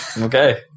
Okay